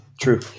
True